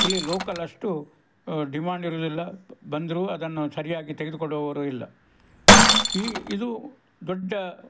ಇಲ್ಲಿ ಲೋಕಲ್ ಅಷ್ಟು ಡಿಮಾಂಡ್ ಇರೋದಿಲ್ಲ ಬಂದರು ಅದನ್ನು ಸರಿಯಾಗಿ ತೆಗೆದುಕೊಂಡು ಹೋಗುವವರು ಇಲ್ಲ ಈ ಇದು ದೊಡ್ಡ